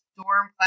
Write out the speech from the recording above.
storm